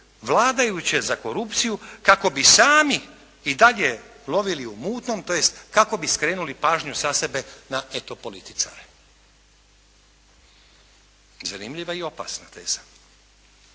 vladajuće za korupciju kako bi sami i dalje lovili u mutnom, tj. kako bi skrenuli pažnju sa sebe na eto političare. Zanimljiva i opasna teza,